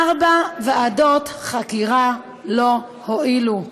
ארבע ועדות חקירה לא הועילו,